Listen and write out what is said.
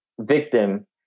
victim